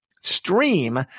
stream